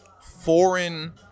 foreign